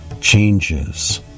changes